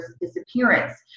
disappearance